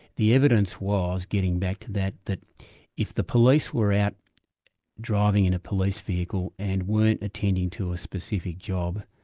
the evidence was, getting back to that, that if the police were out driving in a police vehicle and weren't attending to a specific job,